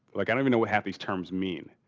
like, i don't i mean know what half these terms mean.